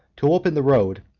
to open the road,